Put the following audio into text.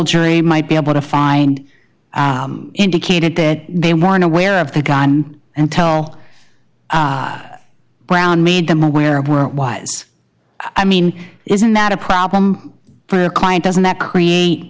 jury might be able to find indicated that they weren't aware of the gun until brown made them aware of were it was i mean isn't that a problem for the client doesn't that create